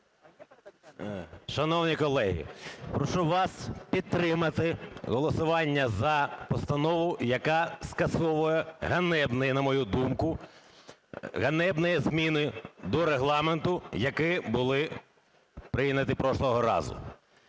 Шановні колеги, прошу вас підтримати голосування за постанову, яка скасовує ганебні, на мою думку, ганебні зміни до Регламенту, які були прийняті прошлого разу.